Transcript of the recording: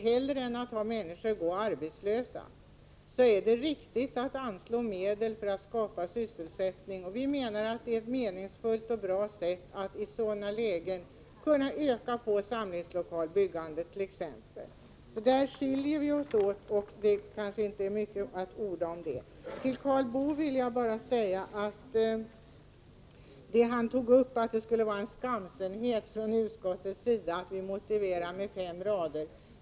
Hellre än att människor går arbetslösa är det riktigt att anslå medel för att skapa sysselsättning, och vi menar att det är ett meningsfullt och bra sätt att i sådana lägen t.ex. kunna öka samlingslokalsbyggandet. Där skiljer vi oss åt, och det är kanske inte mycket mer att orda om detta. Karl Boo tar upp att det skulle vara en skamsenhet från utskottets sida att komma med en motivering på bara fem rader.